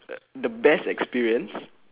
uh the best experience